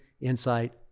insight